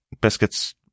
biscuits